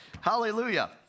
Hallelujah